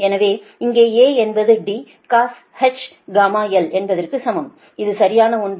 எனவே இங்கே A என்பது D cosh γl என்பதற்கு சமம் இது சரியான ஒன்று